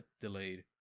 delayed